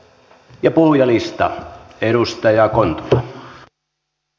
ja puhujalistaan